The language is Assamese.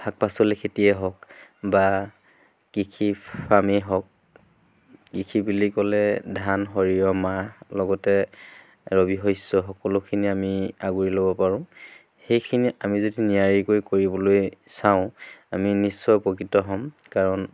শাক পাচলিৰ খেতিয়েই হওক বা কৃষি ফাৰ্মেই হওক কৃষি বুলি ক'লে ধান সৰিয়হ মাহ লগতে ৰবি শস্য সকলোখিনি আমি আগুৰি ল'ব পাৰোঁ সেইখিনি আমি যদি নিয়াৰিকৈ কৰিবলৈ চাওঁ আমি নিশ্চয় উপকৃত হ'ম কাৰণ